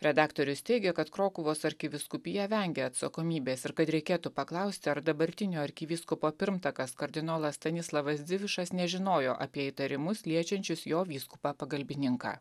redaktorius teigė kad krokuvos arkivyskupija vengia atsakomybės ir kad reikėtų paklausti ar dabartinio arkivyskupo pirmtakas kardinolas stanislavas dzivišas nežinojo apie įtarimus liečiančius jo vyskupą pagalbininką